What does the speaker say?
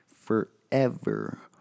Forever